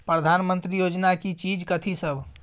प्रधानमंत्री योजना की चीज कथि सब?